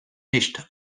nicht